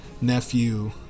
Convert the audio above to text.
nephew